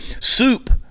soup